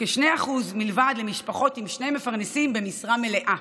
כ-2% בלבד במשפחות עם שני מפרנסים במשרה מלאה.